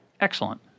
Excellent